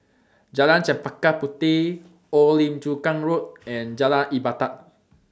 Jalan Chempaka Puteh Old Lim Chu Kang Road and Jalan Ibadat